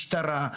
משטרה,